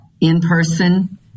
in-person